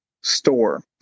store